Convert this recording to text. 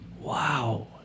Wow